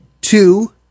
two